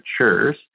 matures